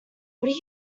did